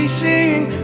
sing